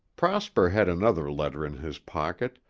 prosper had another letter in his pocket,